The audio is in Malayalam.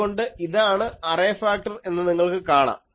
അതുകൊണ്ട് ഇതാണ് അറേ ഫാക്ടർ എന്ന് നിങ്ങൾക്ക് കാണാം